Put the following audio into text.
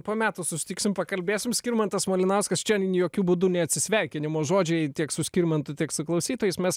po metų susitiksim pakalbėsim skirmantas malinauskas čia jokiu būdu ne atsisveikinimo žodžiai tiek su skirmantu tiek su klausytojais mes